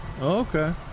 Okay